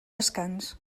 descans